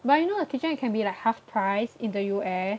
but you know the KitchenAid can be like half price in the U_S